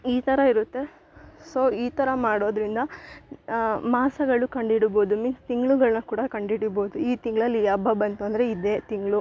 ಈ ಥರ ಇರುತ್ತೆ ಸೊ ಈ ಥರ ಮಾಡೋದ್ರಿಂದ ಮಾಸಗಳು ಕಂಡಿಡ್ಬೋದು ಮೀನ್ಸ್ ತಿಂಗಳುಗಳ್ನ ಕೂಡ ಕಂಡ್ಹಿಡಿಬೋದು ಈ ತಿಂಗಳಲ್ಲಿ ಹಬ್ಬಾ ಬಂತು ಅಂದರೆ ಇದೆ ತಿಂಗಳು